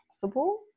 possible